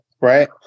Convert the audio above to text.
right